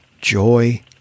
joy